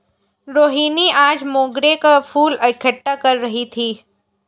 रोहिनी आज मोंगरे का फूल इकट्ठा कर रही थी